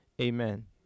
Amen